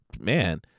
man